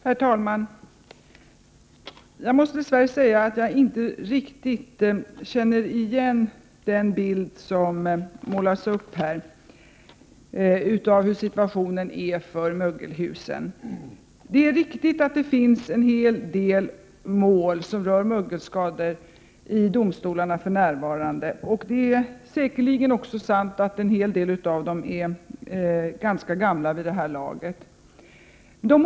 Herr talman! Jag måste dess värre säga att jag inte känner igen den bild som målas upp här av situationen när det gäller mögelhusen. Det är riktigt att det finns en hel del mål som rör mögelskador i domstolarna för närvarande. Det är säkerligen också sant att en hel del av dem är ganska gamla vid det här laget.